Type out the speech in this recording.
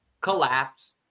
collapse